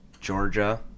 Georgia